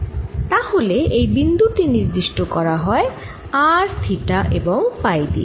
তাহলে এই বিন্দু টি নির্দিষ্ট করা হয় r থিটা এবং ফাই দিয়ে